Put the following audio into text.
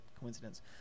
coincidence